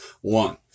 One